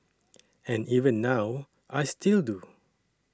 and even now I still do